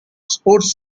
sports